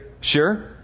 Sure